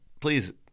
Please